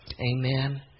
amen